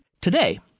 today